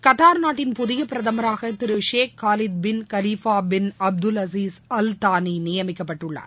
Qatar நாட்டின் புதிய பிரதமராக திரு ஷேக் காலித் பின் கலிபா பிள் அப்துல்லசிஸ் அல்தானி நியமிக்கப்பட்டுள்ளார்